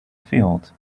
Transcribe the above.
field